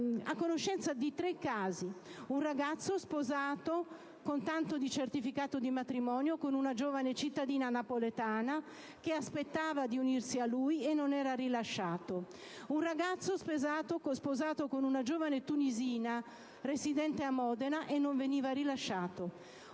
a conoscenza di tre casi: un ragazzo sposato, con tanto di certificato di matrimonio, con una giovane cittadina napoletana, che aspettava di unirsi a lui, e che non veniva rilasciato; un ragazzo sposato con una giovane tunisina, residente a Modena, e che non veniva rilasciato;